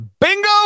bingo